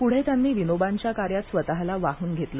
पूढे त्यांनी विनोबांच्या कार्यात स्वतला वाहन घेतले